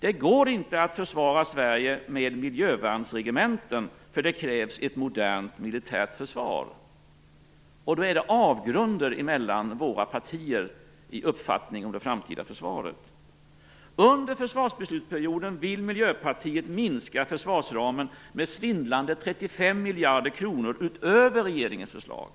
Det går inte att försvara Sverige med miljövärnsregementen. Det krävs ett modernt militärt försvar. Där är det avgrunder mellan våra partiers uppfattning av det framtida försvaret. Under försvarsbeslutsperioden vill Miljöpartiet minska försvarsramen med svindlande 35 miljarder kronor utöver regeringens förslag.